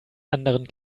anderen